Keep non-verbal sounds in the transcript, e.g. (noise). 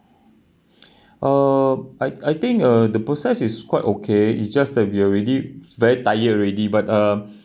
(breath) uh I I think uh the process is quite okay it's just that we're already very tired already but um (breath)